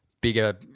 bigger